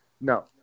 No